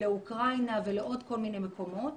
לאוקראינה ולעוד כל מיני מקומות,